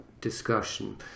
discussion